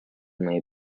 may